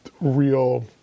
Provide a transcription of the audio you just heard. real